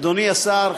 אדוני השר,